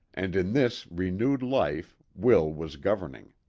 and in this renewed life will was governing.